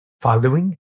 following